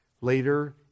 Later